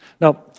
Now